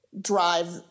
Drive